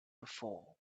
before